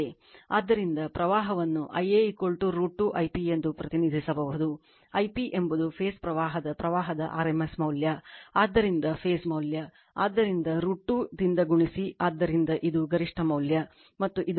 ಆದ್ದರಿಂದ ಪ್ರವಾಹವನ್ನು Ia √ 2 I p ಎಂದು ಪ್ರತಿನಿಧಿಸಬಹುದು I p ಎಂಬುದು ಫೇಸ್ ಪ್ರವಾಹದ ಪ್ರವಾಹದ rms ಮೌಲ್ಯ ಆದ್ದರಿಂದ ಫೇಸ್ ಮೌಲ್ಯ ಆದ್ದರಿಂದ √ 2 ದಿಂದ ಗುಣಿಸಿ ಆದ್ದರಿಂದ ಇದು ಗರಿಷ್ಠ ಮೌಲ್ಯ ಮತ್ತು ಇದು Star ಸಂಪರ್ಕ ಹೊಂದಿದೆ